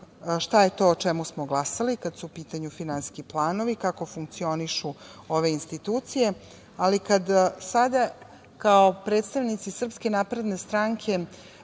šta je to o čemu smo glasali, kada su u pitanju finansijski planovi, kako funkcionišu ove institucije, ali kada sada kao predstavnici SNS želimo da